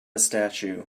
statue